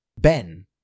Ben